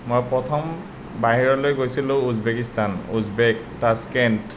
মই প্ৰথম বাহিৰলৈ গৈছিলো উজবেকিস্তান উজবেক তাস্কেণ্ট